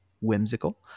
Whimsical